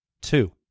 two